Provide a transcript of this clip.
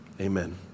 Amen